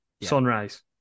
sunrise